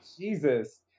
jesus